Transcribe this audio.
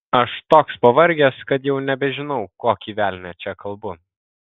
aš toks pavargęs kad jau nebežinau kokį velnią čia kalbu